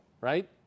right